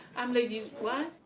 i'm, like, you what?